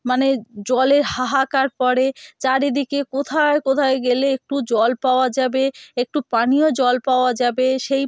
মানে জলের হাহাকার পড়ে চারিদিকে কোথায় কোথায় গেলে একটু জল পাওয়া যাবে একটু পানীয় জল পাওয়া যাবে সেই